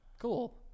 Cool